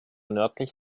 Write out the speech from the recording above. nördlich